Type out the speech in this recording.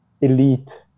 elite